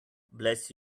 bless